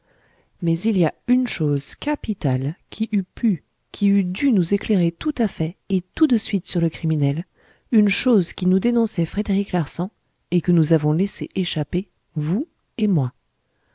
mais il y a une chose capitale qui eût pu qui eût dû vous éclairer tout à fait et tout de suite sur le criminel une chose qui nous dénonçait frédéric larsan et que nous avons laissée échapper vous et moi